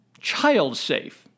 child-safe